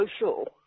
social